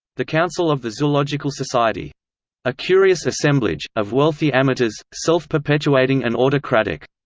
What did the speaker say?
the council of the zoological society a curious assemblage, of wealthy amateurs, self-perpetuating and autocratic